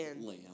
Lamb